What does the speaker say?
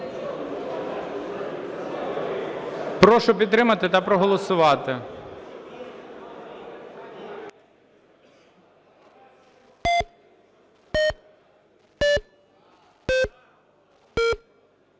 Прошу підтримати та проголосувати.